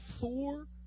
four